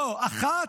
לא, אחת?